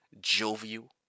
jovial